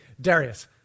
Darius